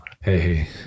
Hey